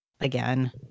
Again